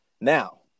Now